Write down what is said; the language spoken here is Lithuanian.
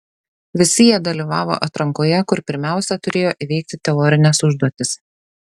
visi jie dalyvavo atrankoje kur pirmiausia turėjo įveikti teorines užduotis